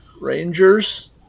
rangers